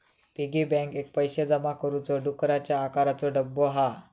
piggy bank एक पैशे जमा करुचो डुकराच्या आकाराचो डब्बो हा